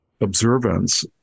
observance